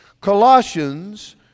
Colossians